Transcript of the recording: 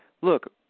look